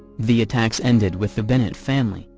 the attacks ended with the bennett family,